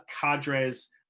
cadre's